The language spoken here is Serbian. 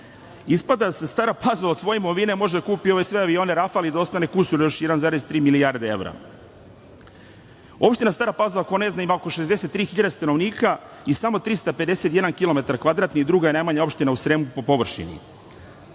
Ispada da Stara Pazova od svoje imovine može da kupi ove sve avione „Rafal“ i da ostane kusur 1,3 milijarde evra. Opština Stara Pazova, ko ne zna ima oko 63.000 stanovnika i samo 351 kilometar kvadratni i druga je najmanja opština u Sremu po površini.